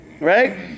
Right